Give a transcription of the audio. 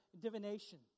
divination